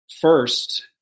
First